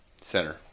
center